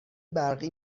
برقی